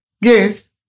Yes